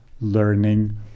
learning